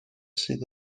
sydd